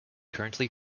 currently